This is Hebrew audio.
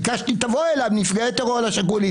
ביקשנו: תבוא אלינו נפגעי טרור השכולים.